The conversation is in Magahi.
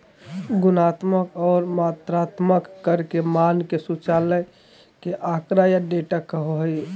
गुणात्मक और मात्रात्मक कर के मान के समुच्चय के आँकड़ा या डेटा कहो हइ